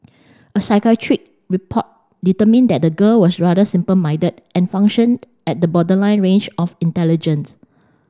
a psychiatric report determined that the girl was rather simple minded and functioned at the borderline range of intelligence